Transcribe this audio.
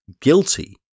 guilty